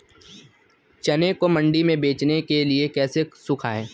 चने को मंडी में बेचने के लिए कैसे सुखाएँ?